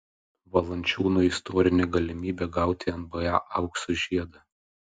valančiūnui istorinė galimybė gauti nba aukso žiedą